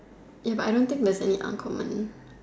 Ya but I don't think there's any uncommon